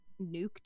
nuked